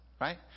right